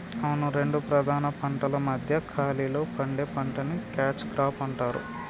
అవును రెండు ప్రధాన పంటల మధ్య ఖాళీలో పండే పంటని క్యాచ్ క్రాప్ అంటారు